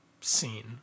scene